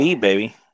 baby